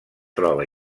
troba